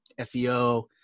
seo